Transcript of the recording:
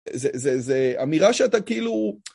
זו אמירה שאתה כאילו...